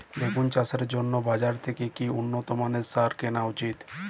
বেগুন চাষের জন্য বাজার থেকে কি উন্নত মানের সার কিনা উচিৎ?